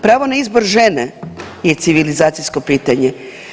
Pravo na izbor žene je civilizacijsko pitanje.